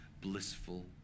blissful